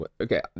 Okay